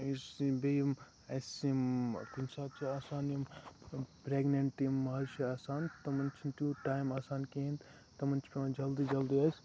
یُس یہِ بیٚیہِ یِم اَسہِ یِم کُنہِ ساتہٕ چھِ آسان یِم پرٛیٚگننٹ یِم ماجہِ چھِ آسان تِمن چھُنہٕ تیٛوٗت ٹایم آسان کِہیٖنٛۍ تِمن چھُ پیٚوان جلدٕے جلدٕے اَسہِ